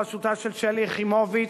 בראשותה של שלי יחימוביץ,